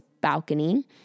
balcony